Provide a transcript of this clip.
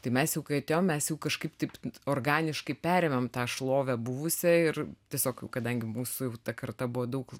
tai mes jau kai atėjom mes jau kažkaip taip organiškai perėmėm tą šlovę buvusią ir tiesiog kadangi mūsų jau ta karta buvo daug